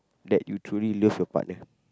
that you truly love your partner